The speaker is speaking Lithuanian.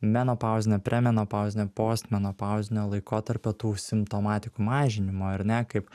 menopauzinio premenopauzinio postmenopauzinio laikotarpio tų simptomatikų mažinimui ar ne kaip